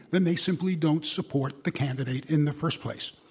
then they simply don't support the candidate in the first place.